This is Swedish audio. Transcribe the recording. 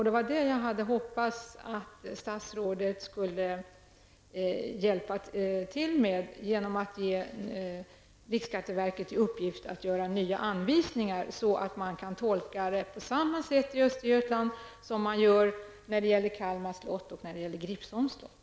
Det var detta jag hade hoppats att statsrådet skulle hjälpa till med genom att ge riksskatteverket i uppgift att göra nya anvisningar så att man kan tolka det på samma sätt i Östergötland som man gör när det gäller Kalmar slott och Gripsholms slott.